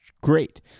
great